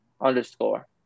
underscore